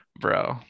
Bro